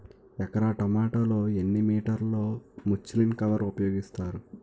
ఎకర టొమాటో లో ఎన్ని మీటర్ లో ముచ్లిన్ కవర్ ఉపయోగిస్తారు?